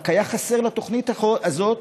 רק היה חסר לתוכנית הזאת,